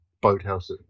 boathouse